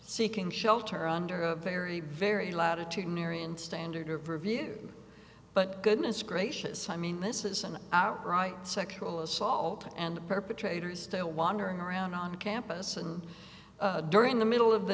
seeking shelter under a very very latitude marion standard of review but goodness gracious i mean this is an outright sexual assault and perpetrators still wandering around on campus and during the middle of the